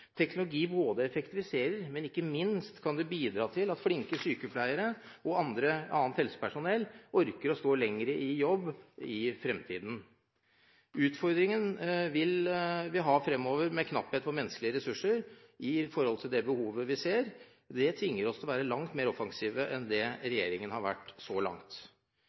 Teknologi effektiviserer, men ikke minst kan det bidra til at flinke sykepleiere og annet helsepersonell orker å stå lenger i jobb i fremtiden. Utfordringen vi vil ha fremover, med knapphet på menneskelige ressurser i forhold til det behovet vi ser, tvinger oss til å være langt mer offensive enn det regjeringen har vært så langt.